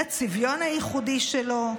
לצביון הייחודי שלו,